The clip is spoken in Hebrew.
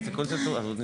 זה תיקון שעשינו.